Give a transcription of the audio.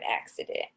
accident